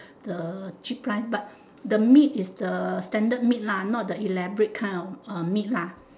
the cheap price but the meat is the standard meat lah not the elaborate kind of meat lah